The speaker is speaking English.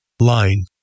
Line